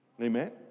Amen